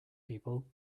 people